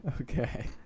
okay